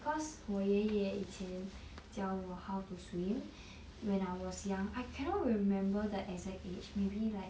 cause 我爷爷以前教我 how to swim when I was young I cannot remember the exact age maybe like